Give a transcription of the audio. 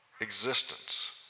existence